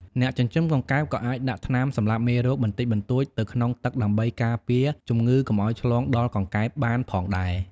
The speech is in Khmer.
អ្នកចិញ្ចឹមកង្កែបក៏អាចដាក់ថ្នាំសម្លាប់មេរោគបន្តិចបន្តួចទៅក្នុងទឹកដើម្បីការពារជំងឺកុំឲ្យឆ្លងដល់កង្កែបបានផងដែរ។